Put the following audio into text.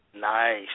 Nice